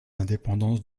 indépendance